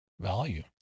value